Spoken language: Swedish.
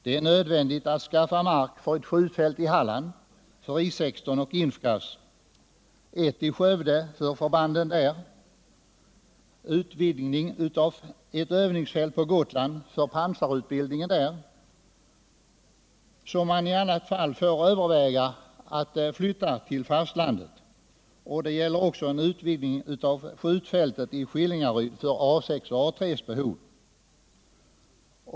Det är vidare nödvändigt att skaffa mark till ett skjutfält i Halland för I 16 och InfKAS samt till ett i Skövde för förbanden där. Vidare behövs utvidgning av ett övningsfält på Gotland för pansarutbildningen där, som man i annat fall får överväga att flytta till fastlandet. Det gäller också utvidgning av skjutfältet i Skillingaryd för A 6 och A 3.